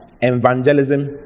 evangelism